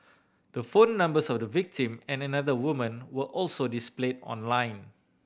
the phone numbers of the victim and another woman were also displayed online